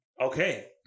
Okay